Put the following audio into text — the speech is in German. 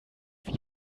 wie